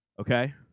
okay